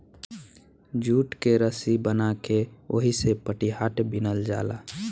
jute के रसी बना के ओहिसे पटिहाट बिनल जाला